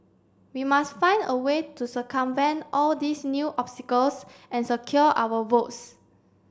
we must find a way to circumvent all these new obstacles and secure our votes